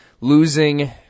losing